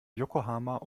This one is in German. yokohama